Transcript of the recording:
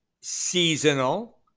seasonal